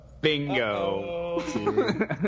bingo